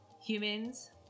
humans